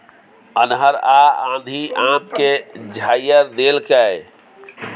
अन्हर आ आंधी आम के झाईर देलकैय?